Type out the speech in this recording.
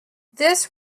this